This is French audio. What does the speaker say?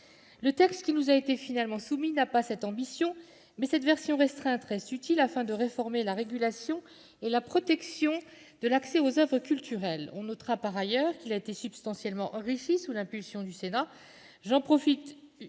Le texte qui nous a été finalement soumis n'a pas cette ambition, mais cette version restreinte reste utile, afin de réformer la régulation et la protection de l'accès aux oeuvres culturelles. On notera par ailleurs qu'il a été substantiellement enrichi sous l'impulsion du Sénat. J'en profite pour